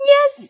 Yes